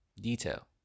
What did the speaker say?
detail